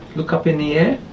look up in the air.